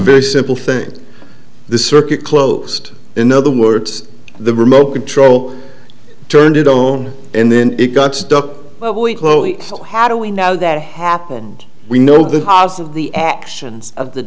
very simple thing the circuit closest in other words the remote control turned it on and then it got stuck how do we know that happened we know because of the actions of the